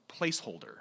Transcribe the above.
placeholder